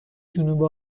جنوب